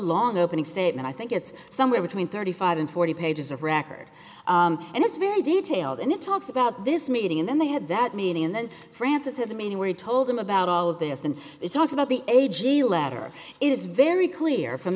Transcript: long opening statement i think it's somewhere between thirty five and forty pages of record and it's very detailed and it talks about this meeting and then they had that meeting and then francis have the meeting where he told them about all of this and they talked about the a g letter is very clear from